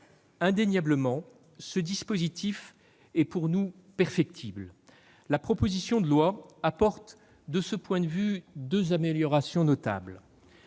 Indéniablement, ce dispositif nous paraît perfectible. La proposition de loi apporte de ce point de vue deux améliorations notables.